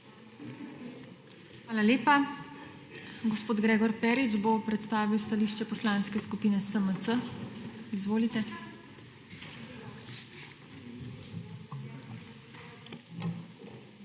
Hvala lepa. Gospod Gregor Perič bo predstavil stališče Poslanske skupine SMC. Izvolite. GREGOR